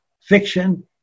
fiction